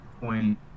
point